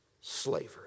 Slavery